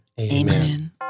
Amen